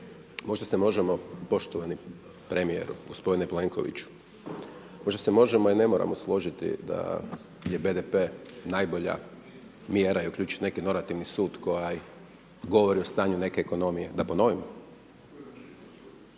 Možda se možemo poštovani premijeru, gospodine Plenkoviću, možda se možemo a i ne moramo složiti da je BDP najbolja mjera i uključiti neki normativni sud koji govori o stanju neke ekonomije. …/Upadica